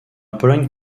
pologne